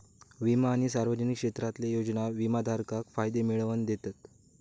विमा आणि सार्वजनिक क्षेत्रातले योजना विमाधारकाक फायदे मिळवन दितत